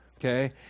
Okay